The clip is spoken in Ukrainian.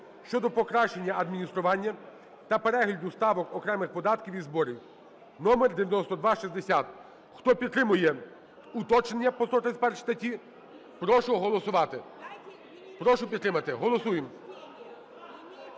щодо покращення адміністрування та перегляду ставок окремих податків і зборів" (№ 9260). Хто підтримує уточнення по 131 статті, прошу голосувати, прошу підтримати. Голосуємо.